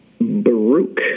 Baruch